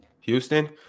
Houston